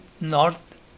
north